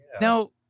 now